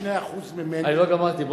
אני לא גמרתי,